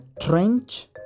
trench